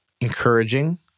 encouraging